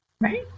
Right